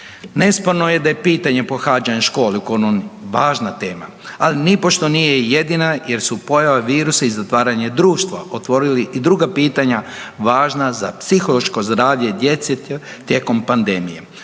Nesporno je da pitanje pohađanja škole u koroni važna tema, ali nipošto nije jedina jer su pojava virusa i zatvaranje društva otvorili i druga pitanja važna za psihološko zdravlje djece tijekom pandemije.